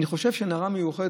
אני חושב שזה שהיא נערה מיוחדת,